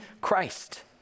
Christ